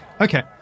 Okay